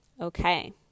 Okay